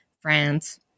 France